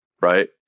right